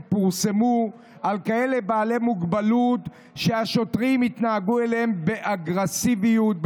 על בעלי מוגבלות שהשוטרים התנהגו אליהם באגרסיביות,